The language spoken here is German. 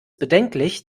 bedenklich